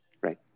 right